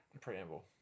preamble